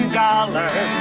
dollars